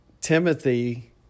Timothy